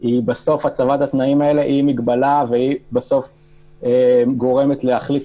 היא מגבלה ובסוף היא גורמת להחליף